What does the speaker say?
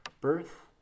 birth